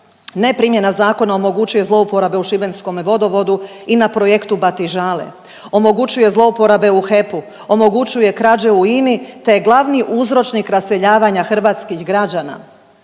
Neprimjena zakona omogućuje zlouporabe u šibenskome Vodovodu i na projektu Batižale. Omogućuje zlouporabe u HEP-u, omogućuje krađe u INA-i, te je glavni uzročnik raseljavanja hrvatskih građana.